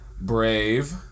Brave